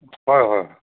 হয় হয় হয়